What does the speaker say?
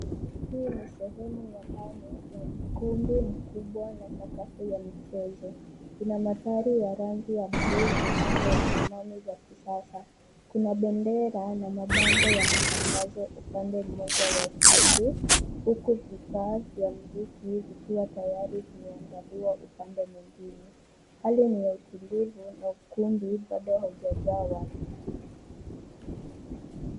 Hii ni sehemu ya ndani ya ukumbi mkubwa la sakafu ya michezo ina mandhari ya rangi ya bluu na muundo wa samani za kisasa kuna bendera na mabango ya matangazo upande mmoja wa ukumbi huku vifaa vya mziki vikiwa tayari vimeandaliwa upande mwingine, hali ni ya utulivu na ukumbi bado hujajaa watu.